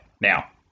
Now